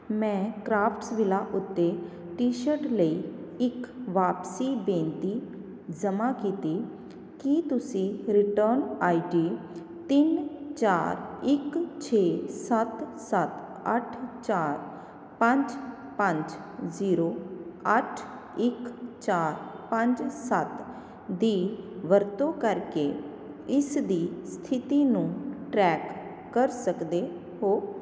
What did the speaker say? ਮੈਂ ਕਰਾਫਟਸਵਿਲਾ ਉੱਤੇ T shirt ਲਈ ਇੱਕ ਵਾਪਸੀ ਬੇਨਤੀ ਜਮ੍ਹਾਂ ਕੀਤੀ ਕੀ ਤੁਸੀਂ ਰਿਟਰਨ ਆਈ ਡੀ ਤਿੰਨ ਚਾਰ ਇੱਕ ਛੇ ਸੱਤ ਸੱਤ ਅੱਠ ਚਾਰ ਪੰਜ ਪੰਜ ਜ਼ੀਰੋ ਅੱਠ ਇੱਕ ਚਾਰ ਪੰਜ ਸੱਤ ਦੀ ਵਰਤੋਂ ਕਰਕੇ ਇਸ ਦੀ ਸਥਿਤੀ ਨੂੰ ਟਰੈਕ ਕਰ ਸਕਦੇ ਹੋ